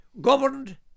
governed